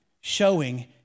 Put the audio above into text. showing